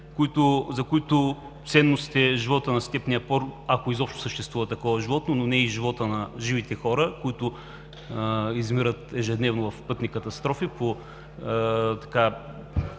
са важни ценностите в живота на степния пор, ако изобщо съществува такова животно, но не и животът на живите хора, които измират ежедневно в пътни катастрофи по